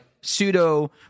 pseudo